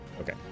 Okay